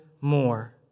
more